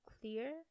clear